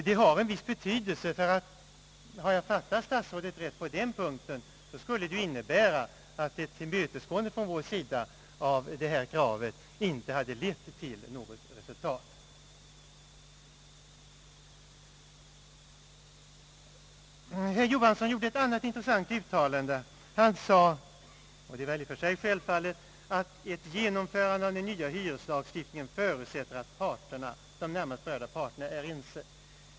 Detta har en viss betydelse, ty om jag fattat statsrådet rätt på den punkten skulle detta ju innebära att ett tillmötesgående från vår sida av detta krav inte hade lett till något resultat. Herr Johansson gjorde ett annat intressant uttalande. Han sade -— och det är väl i och för sig självklart — att ett genomförande av den nya hyreslagstiftningen förutsätter att de närmast berörda parterna är ense.